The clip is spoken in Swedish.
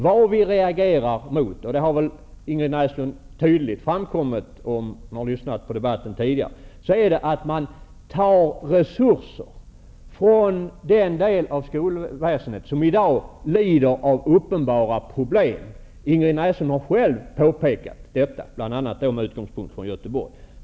Vad vi reagerar emot -- och det har väl, Ingrid Näslund, tydligt framkommit av vad som tidigare sagts i debatten -- är att man tar resurser från den del av skolväsendet som i dag lider av uppenbara problem. Ingrid Näslund har själv påpekat detta, bl.a. med utgångspunkt i Göteborg.